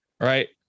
right